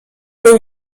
był